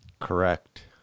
Correct